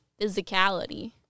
physicality